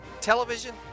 television